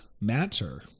matter